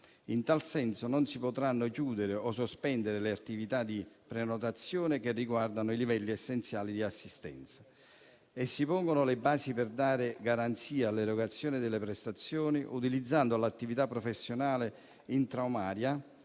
In tal senso, non si potranno chiudere o sospendere le attività di prenotazione che riguardano i livelli essenziali di assistenza e si pongono le basi per dare garanzia all'erogazione delle prestazioni utilizzando l'attività professionale intramuraria,